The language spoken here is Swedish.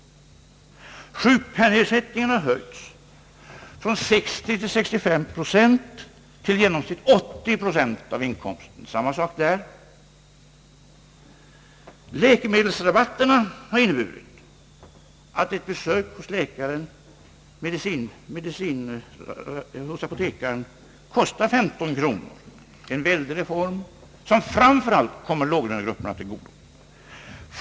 Sjukpenningersättningen har höjts från 60 å 65 procent till i genomsnitt 80 procent av inkomsten. Läkemedelsrabatterna innebär att ett inköp på apotek kostar högst 15 kronor. Det är en stor reform, som framför allt kommer låglönegrupperna till godo.